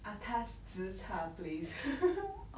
atas zi char place